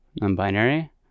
non-binary